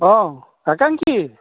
অঁ আকাংক্ষী